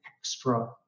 extra